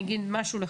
אני אגיד לך,